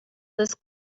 this